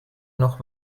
noch